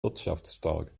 wirtschaftsstark